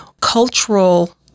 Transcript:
cultural